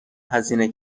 هزینه